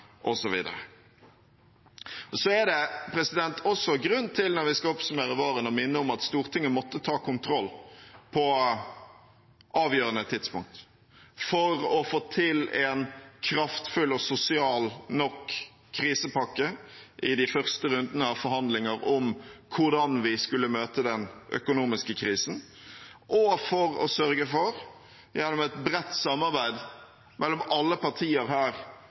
Det er også grunn til, når vi skal oppsummere våren, å minne om at Stortinget måtte ta kontroll på avgjørende tidspunkter for å få til en kraftfull og sosial krisepakke i de første rundene av forhandlingene om hvordan vi skulle møte den økonomiske krisen, og for å sørge for at vi gjennom et bredt samarbeid mellom alle partier her